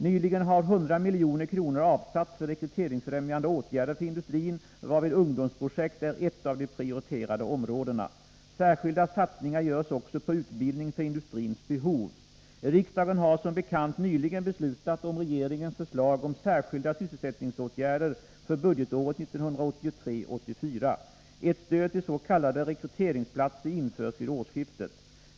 Nyligen har 100 milj.kr. avsatts för rekryteringsfrämjande åtgärder för industrin, varvid ungdomsprojekt är ett av de prioriterade områdena. Särskilda satsningar görs också på utbildning för industrins behov. Riksdagen har som bekant nyligen beslutat om regeringens förslag om särskilda sysselsättningsåtgärder för budgetåret 1983/84. Ett stöd till s.k. rekryteringsplatser införs vid årsskiftet.